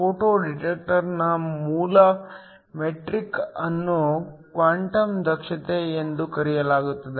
photo ಡಿಟೆಕ್ಟರ್ನ ಮೂಲ metric ಅನ್ನು ಕ್ವಾಂಟಮ್ ದಕ್ಷತೆ ಎಂದು ಕರೆಯಲಾಗುತ್ತದೆ